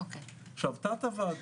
תת הוועדה,